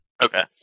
Okay